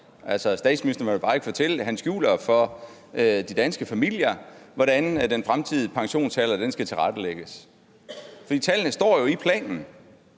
Statsministeren vil bare ikke fortælle det. Han skjuler for de danske familier, hvordan den fremtidige pensionsalder skal tilrettelægges. Tallene står jo i planen.